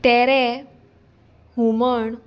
तेरे हुमण